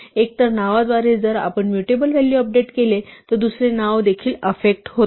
एकतर नावाद्वारे जर आपण म्युटेबल व्हॅल्यू अपडेट केले तर दुसरे नाव देखील अफेक्ट होते